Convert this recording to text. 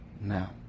now